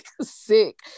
sick